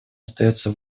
остается